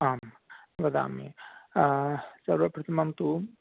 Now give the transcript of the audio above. आम् वदामि सर्वप्रथमं तु